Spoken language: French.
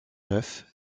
neuf